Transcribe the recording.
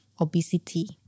obesity